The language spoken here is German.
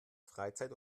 freizeit